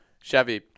Chevy